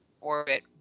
orbit